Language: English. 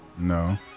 No